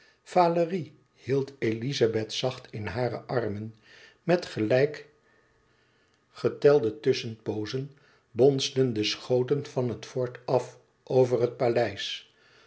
valérie hield elizabeth zacht in hare armen met gelijk getelde tusschenpoozen bonsden de schoten van het fort af over het paleis